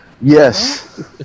Yes